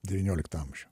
devynioliktą amžių